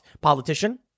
politician